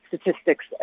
statistics